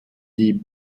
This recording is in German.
die